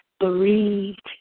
bereaved